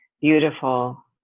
beautiful